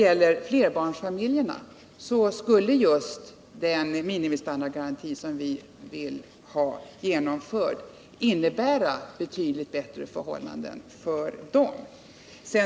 För flerbarnsfamiljerna skulle den minimistandardgaranti som vi vill ha genomförd innebära betydligt bättre förhållanden.